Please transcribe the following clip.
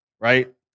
Right